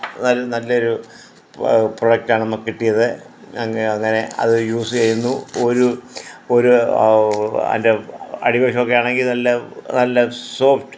ഏതായാലും നല്ലൊരു പ്രോഡക്റ്റാണ് നമുക്ക് കിട്ടിയത് അങ്ങനെ അത് യൂസ് ചെയ്യുന്നു ഒരു ഒരു അതിൻ്റെ അടിവശമൊക്കെ ആണെങ്കിൽ നല്ല നല്ല സോഫ്റ്റ്